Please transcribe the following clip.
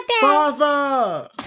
father